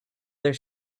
their